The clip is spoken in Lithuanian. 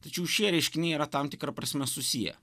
tačiau šie reiškiniai yra tam tikra prasme susiję